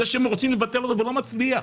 רוצים לוותר ולא מצליח,